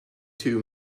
two